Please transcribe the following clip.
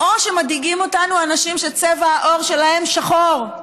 או שמדאיגים אותנו אנשים שצבע העור שלהם שחור?